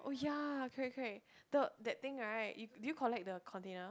oh yeah correct correct the that thing right you do you collect the container